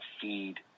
feed